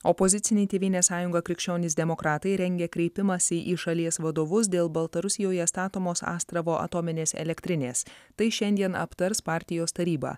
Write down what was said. opoziciniai tėvynės sąjunga krikščionys demokratai rengia kreipimąsi į šalies vadovus dėl baltarusijoje statomos astravo atominės elektrinės tai šiandien aptars partijos taryba